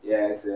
Yes